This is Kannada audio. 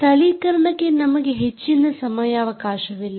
ಸ್ಥಳೀಕರಣಕ್ಕೆ ನಮಗೆ ಹೆಚ್ಚಿನ ಸಮಯಾವಕಾಶವಿಲ್ಲ